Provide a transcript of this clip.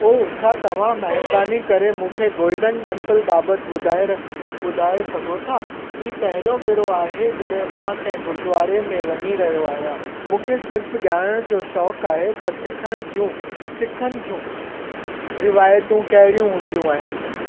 ओ छा तव्हां महिरबानी करे मूंखे गोल्डन टैंपल बाबति ॿुधाए रख ॿुधाए सघो था ही पहिरियों भेरो आहे जड॒हिं मां कंहिं गुरुद्वारे में वञी रहियो आहियां मूंखे सिर्फ़ु ॼाणण जो शौक़ु आहे त सिखण जूं सिखनि जूं रिवायतूं कहिड़ियूं हूंदियूं आहिनि